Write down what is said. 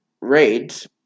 raids